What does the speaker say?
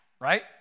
right